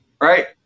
Right